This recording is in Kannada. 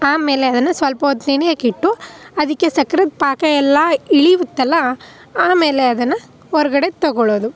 ಆಮೇಲೆ ಅದನ್ನು ಸ್ವಲ್ಪ ಹೊತ್ತು ನೆನೆಯೋಕೆ ಇಟ್ಟು ಅದಕ್ಕೆ ಸಕ್ಕ್ರೆದು ಪಾಕ ಎಲ್ಲ ಇಳಿಯುತ್ತಲ್ಲ ಆಮೇಲೆ ಅದನ್ನು ಹೊರ್ಗಡೆಗೆ ತಗೊಳ್ಳೋದು